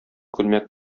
күлмәк